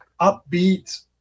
upbeat